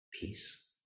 peace